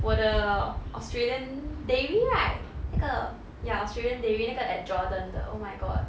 我的 australian dairy right 那个 ya australian dairy 那个 at jordan 的 oh my god